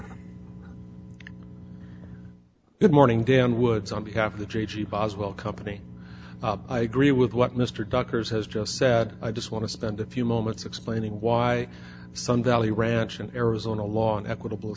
you good morning dan woods on behalf of the j g boswell company i agree with what mr duckers has just said i just want to spend a few moments explaining why sun valley ranch in arizona law and equitable